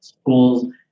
school's